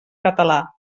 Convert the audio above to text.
català